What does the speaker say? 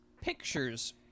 Pictures